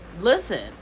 listen